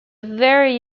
very